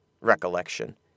recollection